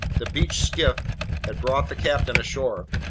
the beached skiff had brought the captain ashore.